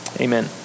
amen